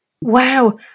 Wow